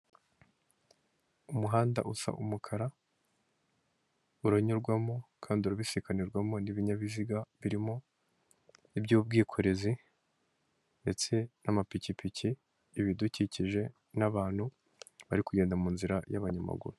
Umuhanda usa umukara uranyurwamo kandi urabisiganirwamo n'ibinyabiziga birimo ibiby'ubwikorezi, ndetse n'amapikipiki ibidukikije n'abantu, bari kugenda mu nzira y'abanyamaguru.